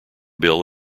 bill